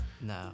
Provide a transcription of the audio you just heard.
No